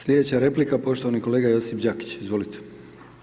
Slijedeća replika poštovani kolega Josip Đakić, izvolite.